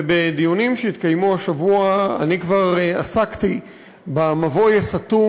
ובדיונים שהתקיימו השבוע אני כבר עסקתי במבוי הסתום,